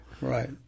right